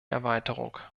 erweiterung